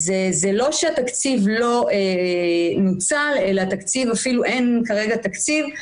אז זה לא שהתקציב לא נוצל, אלא אין כרגע תקציב.